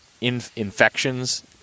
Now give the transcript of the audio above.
infections